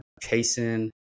chasing